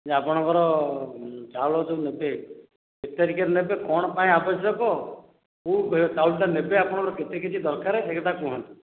ଯେ ଆପଣଙ୍କର ଚାଉଳ ଯୋଉ ନେବେ କେତେ ତାରିଖରେ ନେବେ ଆଉ କଣ ପାଇଁ ଆବଶ୍ୟକ କେଉଁ ଚାଉଳ ଟା ନେବେ ଆଉ ଆପଣଙ୍କର କେତେ କିଗ୍ରା ଦରକାର ସେଇ କଥା କୁହନ୍ତୁ